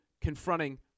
confronting